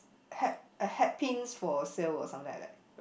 head a head pins for sales or something like that